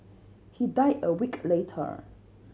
he died a week later